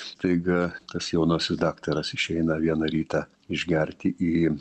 staiga tas jaunasis daktaras išeina vieną rytą išgerti į